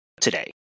today